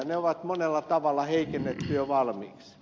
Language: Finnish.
ne on monella tavalla heikennetty jo valmiiksi